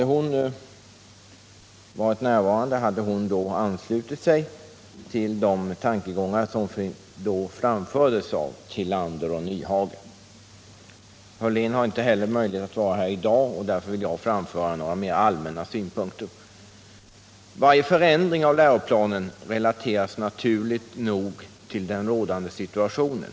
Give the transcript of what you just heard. Om hon varit närvarande hade hon anslutit sig till de tankegångar som då framfördes av Tillander och Nyhage. Hörlén har inte möjlighet att vara här i dag heller. Därför vill jag framföra några mera allmänna synpunkter. Varje förändring av läroplanen relateras naturligt nog till den rådande situationen.